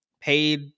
paid